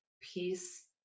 peace